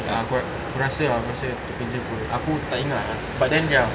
ah aku rasa ah aku rasa tu kerja apa aku tak ingat ah but then ya